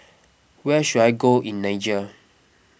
where should I go in Niger